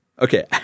Okay